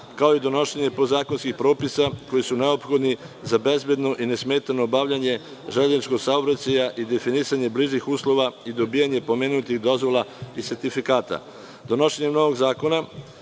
kao i donošenja podzakonskih propisa koji su neophodni za nesmetano i bezbedno obavljanje železničkog saobraćaja i definisanje bližih uslova i dobijanje pomenutih dozvola i sertifikata. Donošenjem novog zakona